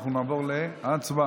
אנחנו נעבור להצבעה.